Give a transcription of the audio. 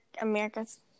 America's